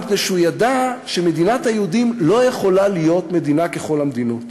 מפני שהוא ידע שמדינת היהודים לא יכולה להיות מדינה ככל המדינות,